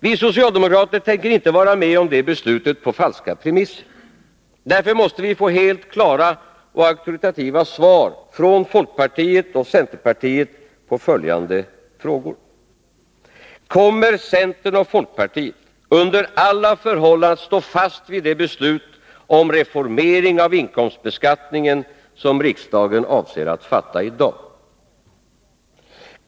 Vi socialdemokrater tänker inte vara med om det beslutet på falska premisser. Därför måste vi få helt klara och auktoritativa svar från folkpartiet och centerpartiet på följande frågor: Kommer centern och folkpartiet under alla förhållanden att stå fast vid det beslut om reformering av inkomstbeskattningen som riksdagen avser att fatta i dag?